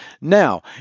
Now